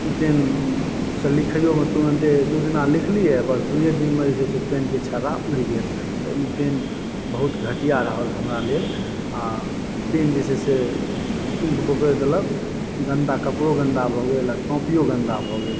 PAN सँ लिखियो मे तुरन्ते दू दिन लिखलियै बस दुइये दिनमे जे छै से पेन के छड़ा उड़ि गेल ई पेन बहुत घटिया रहल हमरा लेल आ पेन जे छै से इंक बोकरि देलक गन्दा कपड़ो गन्दा भऽ गेल कॉपी यो गन्दा भऽ गेल